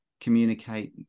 communicate